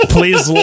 Please